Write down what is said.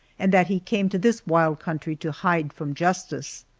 and that he came to this wild country to hide from justice.